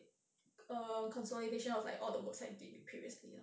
a consolidation of like all the works I did previously lah